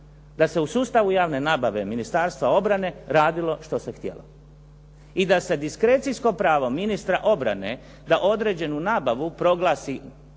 da se u sustavu javne nabave Ministarstva obrane radilo što se htjelo i da se diskrecijsko pravo ministra obrane da određenu nabavu proglasi